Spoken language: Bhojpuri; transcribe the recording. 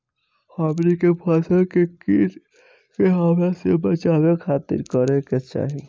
हमनी के फसल के कीट के हमला से बचावे खातिर का करे के चाहीं?